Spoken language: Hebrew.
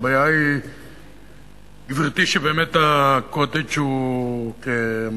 הבעיה היא, גברתי, שבאמת ה"קוטג'" הוא כמשל,